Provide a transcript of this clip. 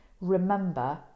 Remember